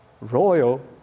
royal